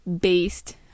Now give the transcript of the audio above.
based